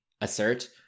assert